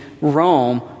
Rome